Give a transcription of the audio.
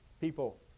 people